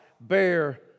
bear